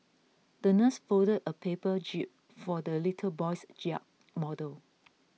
the nurse folded a paper jib for the little boy's yacht model